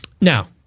Now